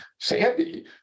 Sandy